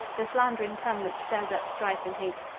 the slandering tongue, that stirs up strife and hate,